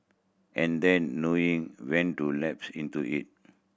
and then knowing when to lapse into it